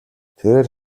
тэрээр